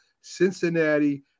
Cincinnati